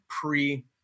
pre